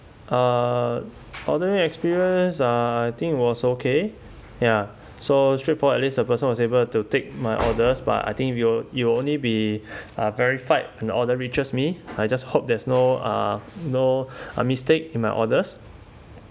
uh ordering experience uh I think was okay ya so straight forward at least the person was able to take my orders but I think it will it will only be verified when the order reaches me I just hope that's no uh no uh mistake in my orders